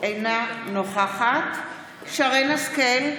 אינה נוכחת שרן השכל,